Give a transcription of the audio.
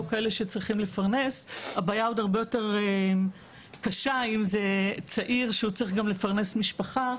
אבל הבעיה היא הרבה יותר גדולה כשמדובר בצעיר שגם צריך לפרנס משפחה,